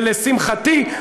ולשמחתי,